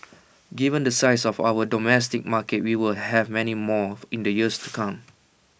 given the size of our domestic market we will have many more in the years to come